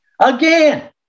again